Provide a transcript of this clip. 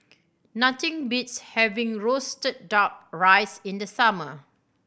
nothing beats having roasted Duck Rice in the summer